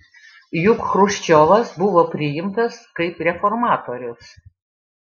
juk chruščiovas buvo priimtas kaip reformatorius